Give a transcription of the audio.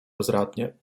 bezradnie